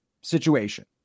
situation